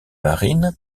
marine